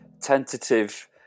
tentative